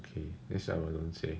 okay next time I won't say